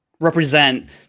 represent